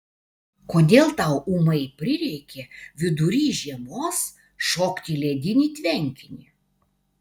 kodėl tau ūmai prireikė vidury žiemos šokti į ledinį tvenkinį